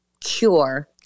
cure